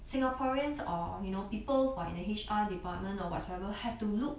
singaporeans or you know people for in the H_R department or whatever have to look